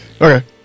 Okay